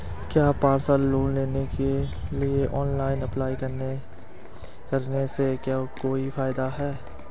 क्या personal loan के लिए ऑनलाइन अप्लाई करने से कोई फायदा है?